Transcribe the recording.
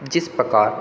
जिस प्रकार